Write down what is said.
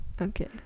Okay